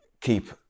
keep